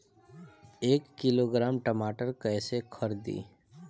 एक किलोग्राम टमाटर कैसे खरदी?